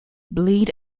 bleed